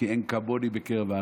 כי אין כמוני בקרב הארץ,